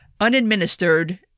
unadministered